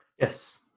Yes